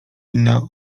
inna